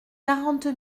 quarante